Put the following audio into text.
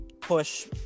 push